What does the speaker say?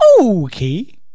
okay